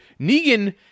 Negan